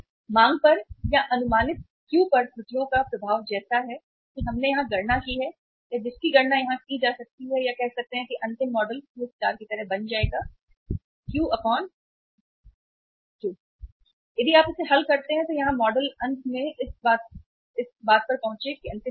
मांग पर या अनुमानित क्यू पर त्रुटियों का प्रभाव जैसा कि हमने यहां गणना की है या जिसकी गणना यहां की जा सकती है कह सकते हैं कि अंतिम मॉडल Q स्टार की तरह बन जाएगा Q Qऔर यदि आप इसे हल करते हैं यहाँ मॉडल अंत में हम इस विशेष बात पर पहुँचे जो कि अंतिम बात है